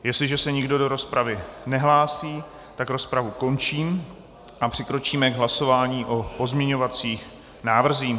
Jestliže se nikdo do rozpravy nehlásí, tak rozpravu končím a přikročíme k hlasování o pozměňovacích návrzích.